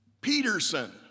Peterson